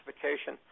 classification